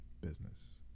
business